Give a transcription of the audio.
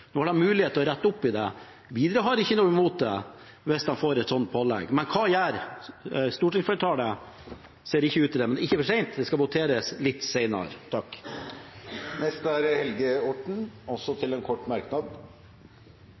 Nå har de mulighet til å rette opp i det. Widerøe har ikke noe imot å få et sånt pålegg, men hva gjør stortingsflertallet? Det er ikke for sent, det skal voteres over det litt senere. Representanten Helge Orten har hatt ordet to ganger tidligere og får ordet til en kort merknad,